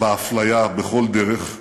באפליה, בכל דרך,